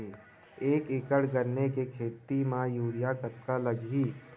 एक एकड़ गन्ने के खेती म यूरिया कतका लगही?